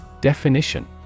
Definition